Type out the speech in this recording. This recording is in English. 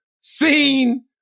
seen